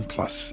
Plus